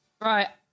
Right